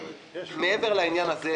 מעבר לעניין הזה,